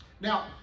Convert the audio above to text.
Now